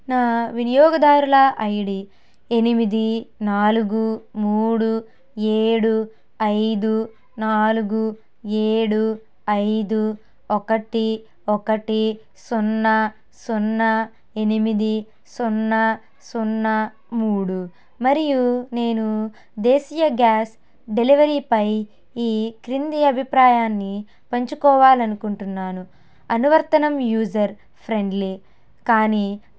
నా వినియోగదారుల ఐడీ ఎనిమిది నాలుగు మూడు ఏడు ఐదు నాలుగు ఏడు ఐదు ఒకటి ఒకటి సున్నా సున్నా ఎనిమిది సున్నా సున్నా మూడు మరియు నేను దేశీయ గ్యాస్ డెలివరీపై ఈ క్రింది అభిప్రాయాన్ని పంచుకోవాలనుకుంటున్నాను అనువర్తనం యూజర్ ఫ్రెండ్లీ కానీ